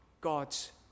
God's